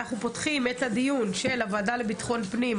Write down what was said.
אנחנו פותחים את הדיון של הוועדה לביטחון פנים.